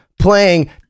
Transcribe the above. playing